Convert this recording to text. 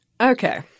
Okay